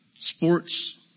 sports